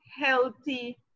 healthy